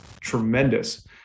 tremendous